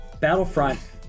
Battlefront